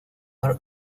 are